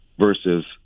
versus